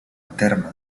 terme